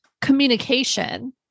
communication